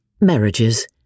marriages